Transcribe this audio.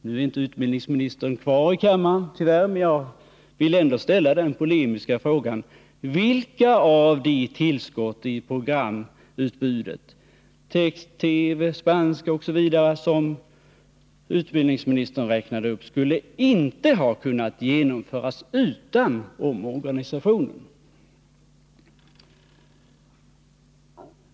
Nu är utbildningsministern tyvärr inte kvar i kammaren, men jag vill ställa den polemiska frågan: Vilka av de tillskott i programutbudet — text-TV, program på spanska osv. — som utbildningsministern räknade upp skulle inte ha kunnat genomföras utan omorganisationen?